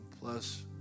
plus